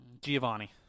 Giovanni